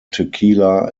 tequila